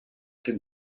dem